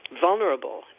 vulnerable